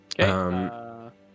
Okay